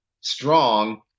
strong